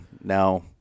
now